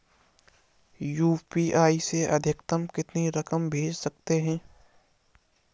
UPI से अधिकतम कितनी रकम भेज सकते हैं?